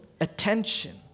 attention